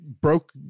broke